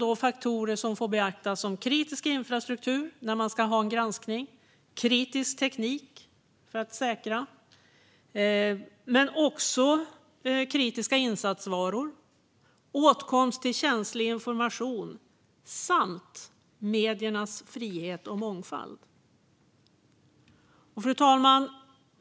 Det handlar om kritisk infrastruktur, kritisk teknik, kritiska insatsvaror, åtkomst till känslig information samt mediernas frihet och mångfald. Fru talman!